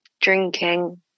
drinking